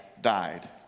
died